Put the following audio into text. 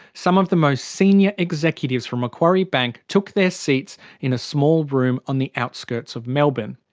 some of the most senior executives from macquarie bank took their seats in a small room on the outskirts of melbourne.